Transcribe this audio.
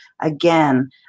again